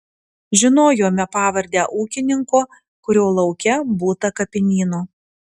žinojome pavardę ūkininko kurio lauke būta kapinyno